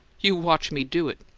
you watch me do it!